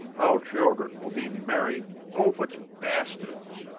our children will be marrying beaufort's bastards.